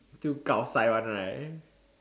too gao sai [one] right